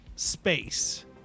Space